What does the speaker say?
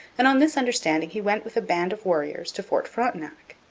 and on this understanding he went with a band of warriors to fort frontenac.